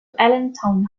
allentown